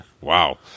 Wow